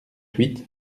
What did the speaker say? huit